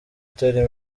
itari